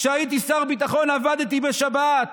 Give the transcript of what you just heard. כשהייתי שר ביטחון עבדתי בשבת,